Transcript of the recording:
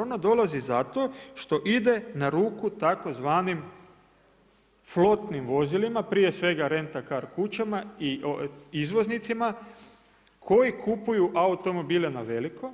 Ona dolazi zato što ide na ruku tzv. flotnim vozilima prije svega renta car kućama i izvoznicima koji kupuju automobile na veliko,